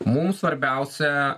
mums svarbiausia